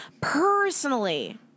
Personally